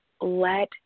let